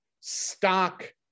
stock